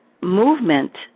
movement